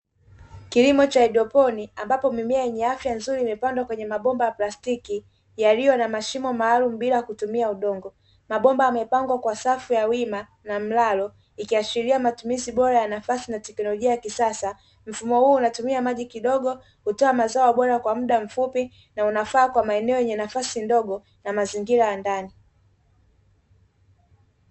Kilimo cha haidroponi ambapo mimea yenye afya nzuri imepandwa kwenye mabomba ya plastiki yaliyo na mashimo maalumu bila kutumia udongo, mabomba yamepangwa kwa safu ya wima na mlalo ikiashiria matumizi bora ya nafasi na teknolojia ya kisasa. Mfumo huu unatumia maji kidogo, hutoa mazao bora kwa muda mfupi na unafaa kwa maeneo yenye nafasi ndogo na mazingira ya ndani.